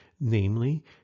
Namely